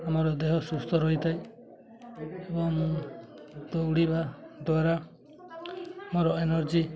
ଆମର ଦେହ ସୁସ୍ଥ ରହିଥାଏ ଏବଂ ଦୌଡ଼ିବା ଦ୍ୱାରା ଆମର ଏନର୍ଜି